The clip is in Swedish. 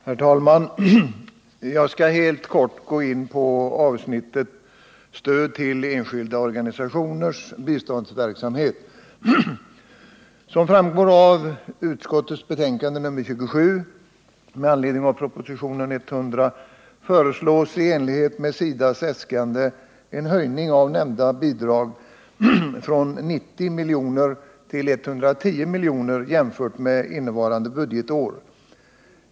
Herr talman! Jag skall helt kort gå in på avsnittet Stöd till enskilda organisationers biståndsverksamhet. Som framgår av utskottets betänkande nr 27 med anledning av propositionen 100 föreslås i enlighet med SIDA:s äskande en höjning av nämnda bidrag från 90 milj.kr. innevarande budgetår till 110 milj.kr.